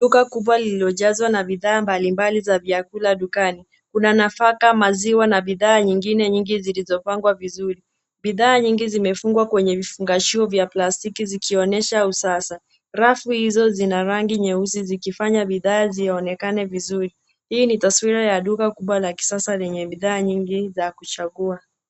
Duka kubwa lililojazwa na bidhaa mbali mbali za vyakula dukani. Kuna nafaka, maziwa na bidhaa nyingine nyingi zilizopangwa vizuri. Bidhaa nyingi zimefungwa kwenye vifungashio vya plastiki zikionyesha usasa. Rafu hizo zina rangi nyeusi zikifanya bidhaa zionekane vizuri. Hii ni taswira ya duka kubwa la kisasa lenye bidhaa nyingi za kuchagua.